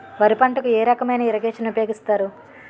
వరి పంటకు ఏ రకమైన ఇరగేషన్ ఉపయోగిస్తారు?